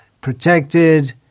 protected